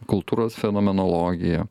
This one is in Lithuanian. kultūros fenomenologija